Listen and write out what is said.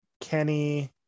Kenny